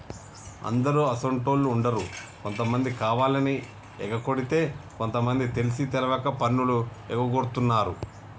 అందరు అసోంటోళ్ళు ఉండరు కొంతమంది కావాలని ఎగకొడితే కొంత మంది తెలిసి తెలవక పన్నులు ఎగగొడుతున్నారు